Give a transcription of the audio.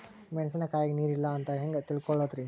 ಮೆಣಸಿನಕಾಯಗ ನೀರ್ ಇಲ್ಲ ಅಂತ ಹೆಂಗ್ ತಿಳಕೋಳದರಿ?